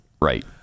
Right